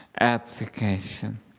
application